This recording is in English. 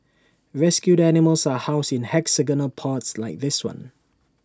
rescued animals are housed in hexagonal pods like this one